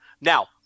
Now